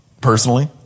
personally